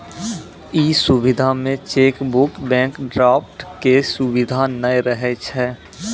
इ सुविधा मे चेकबुक, बैंक ड्राफ्ट के सुविधा नै रहै छै